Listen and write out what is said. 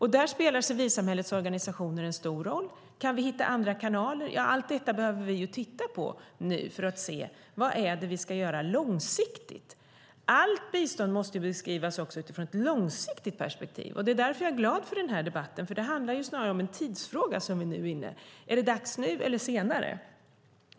Där spelar civilsamhällets organisationer en stor roll. Kan vi hitta andra kanaler? Allt detta behöver vi titta på nu för att vi ska veta vad vi ska göra långsiktigt. Allt bistånd måste beskrivas också utifrån ett långsiktigt perspektiv. Därför är jag glad för denna debatt. Nu handlar det om en tidsfråga. Är det dags nu eller senare?